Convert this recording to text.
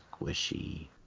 squishy